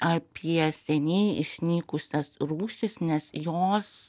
apie seniai išnykusias rūšis nes jos